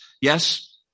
Yes